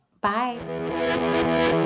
Bye